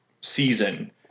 season